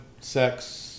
sex